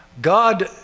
God